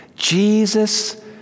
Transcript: Jesus